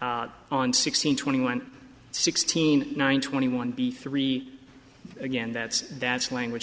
on sixteen twenty one sixteen nine twenty one b three again that's that's language